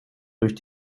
durch